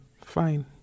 fine